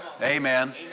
Amen